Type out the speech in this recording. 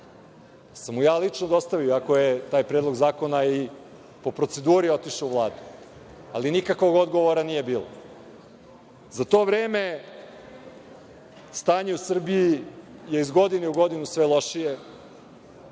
sam mu ga dostavio iako je taj predlog zakona po proceduri otišao u Vladu, ali nikakvog odgovora nije bilo.Za to vreme stanje u Srbiji je iz godine u godinu sve lošije.